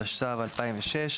התשס"ו-2006